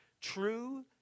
true